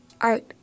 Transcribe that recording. art